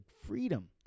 freedom